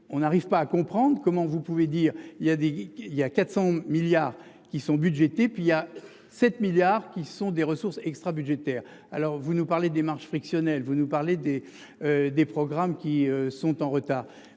on n'arrive pas à comprendre comment vous pouvez dire il y a des il y a 400 milliards qui sont budgétés et puis il y a 7 milliards qui sont des ressources extra-budgétaires. Alors vous nous parlez des marges frictionnel. Vous nous parlez des. Des programmes qui sont en retard.